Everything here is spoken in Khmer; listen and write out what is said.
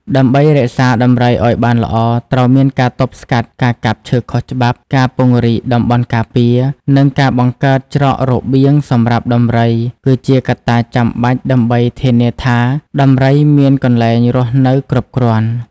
ដើម្បីរក្សាដំរីឲ្យបានល្អត្រូវមានការទប់ស្កាត់ការកាប់ឈើខុសច្បាប់ ការពង្រីកតំបន់ការពារ និងការបង្កើតច្រករបៀងសម្រាប់ដំរី គឺជាកត្តាចាំបាច់ដើម្បីធានាថាដំរីមានកន្លែងរស់នៅគ្រប់គ្រាន់។